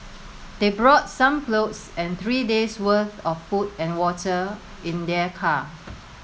they brought some clothes and three days' worth of food and water in their car